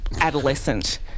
adolescent